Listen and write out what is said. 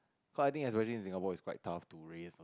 so I think especially in Singapore it's quite tough to raise